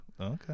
Okay